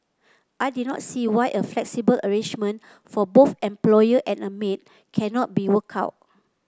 I did not see why a flexible arrangement for both employer and a maid cannot be worked out